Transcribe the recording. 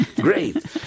great